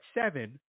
seven